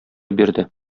бирде